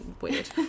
weird